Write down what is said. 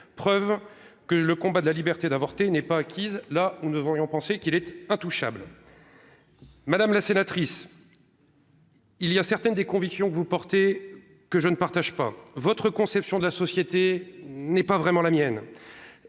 preuve que le combat de la liberté d'avorter n'est pas acquise, là on ne vend ont pensé qu'il était intouchable, madame la sénatrice. Il y a certaines des convictions, vous portez que je ne partage pas votre conception de la société n'est pas vraiment la mienne